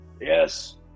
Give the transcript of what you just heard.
Yes